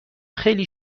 خیلی